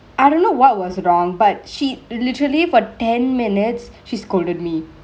I don't know what was wrongk but she literally for ten minutes she scolded me